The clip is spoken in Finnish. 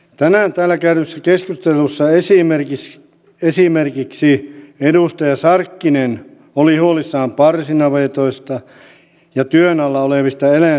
tänään täällä käydyssä keskustelussa esimerkiksi edustaja sarkkinen oli huolissaan parsinavetoista ja työn alla olevista eläinsuojelulaeista